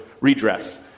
redress